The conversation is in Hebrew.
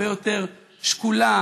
הרבה יותר שקולה,